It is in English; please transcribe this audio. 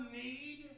need